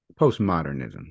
postmodernism